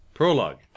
Prologue